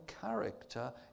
character